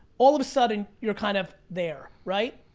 all of a sudden, you're kind of there, right?